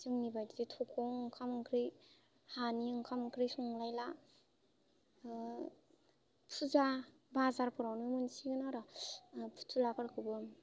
जोंनि बायदि थगं ओंखाम ओंख्रि हानि ओंखाम ओंख्रि संलायला फुजा बाजारफोरावनो मोनसिगोन आरो फुथुलाफोरखौबो